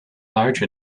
large